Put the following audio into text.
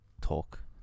Talk